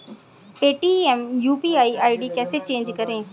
Paytm UPI ID कैसे change करें?